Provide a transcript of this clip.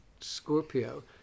Scorpio